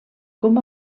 com